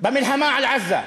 במלחמה על עזה.